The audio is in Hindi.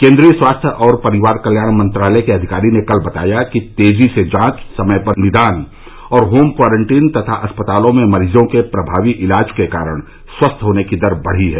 केंद्रीय स्वास्थ्य और परिवार कत्याण मंत्रालय के अधिकारी ने कल बताया कि तेजी से जांच समय पर निदान और होम क्वारंटीन तथा अस्पतालों में मरीजों के प्रभावी इलाज के कारण स्वस्थ होने की दर बढ़ी है